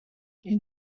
این